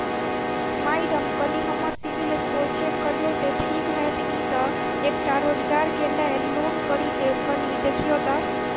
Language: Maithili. माइडम कनि हम्मर सिबिल स्कोर चेक करियो तेँ ठीक हएत ई तऽ एकटा रोजगार केँ लैल लोन करि देब कनि देखीओत?